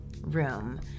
room